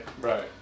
Right